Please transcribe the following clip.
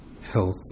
health